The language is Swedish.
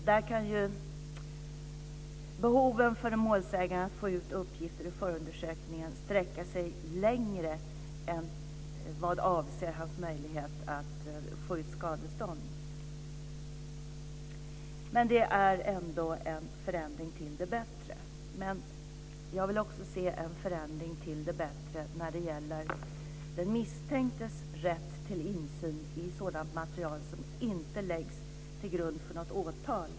Där kan behoven för den målsägande att få ut uppgifter i förundersökningen sträcka sig längre än till att avse hans möjlighet att få ut skadestånd. Men det är ändå en förändring till det bättre. Jag vill också se en förändring till det bättre när det gäller den misstänktes rätt till insyn i sådant material som inte läggs till grund för något åtal.